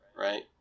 right